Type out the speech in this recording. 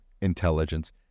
intelligence